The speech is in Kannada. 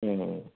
ಹ್ಞೂ ಹ್ಞೂ